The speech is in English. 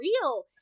real